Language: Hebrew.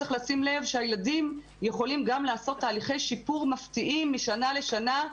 צריך לשים לב שהילדים יכולים גם לעשות תהליכי שיפור מפתיעים משנה לשנה,